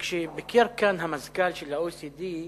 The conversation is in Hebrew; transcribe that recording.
כשביקר כאן המזכ"ל של ה-OECD,